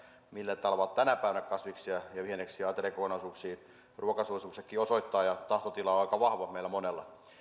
millä tavalla tänä päivänä kasviksia ja vihanneksia ateriakokonaisuuksiin ruokasuosituksetkin osoittavat ja tahtotila on aika vahva meillä monella